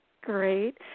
Great